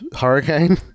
hurricane